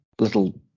little